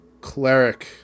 cleric